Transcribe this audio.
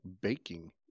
baking